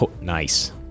Nice